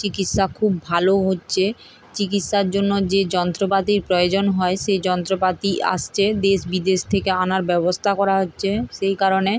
চিকিৎসা খুব ভালো হচ্ছে চিকিৎসার জন্য যে যন্ত্রপাতির প্রয়োজন হয় সেই যন্ত্রপাতি আসছে দেশ বিদেশ থেকে আনার ব্যবস্থা করা হচ্ছে সেই কারণে